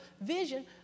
vision